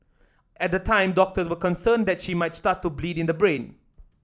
at the time doctors were concerned that she might start to bleed in the brain